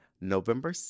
November